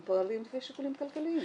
הם פועלים משיקולים כלכליים.